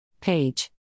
Page